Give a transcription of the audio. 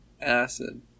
acid